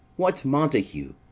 what's montague?